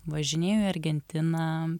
važinėju į argentiną